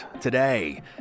Today